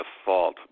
default